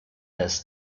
this